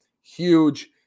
huge